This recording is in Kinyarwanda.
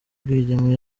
rwigema